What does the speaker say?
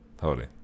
Holy